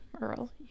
Earl